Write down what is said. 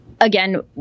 Again